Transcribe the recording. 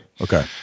okay